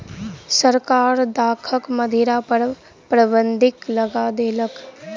सरकार दाखक मदिरा पर प्रतिबन्ध लगा देलक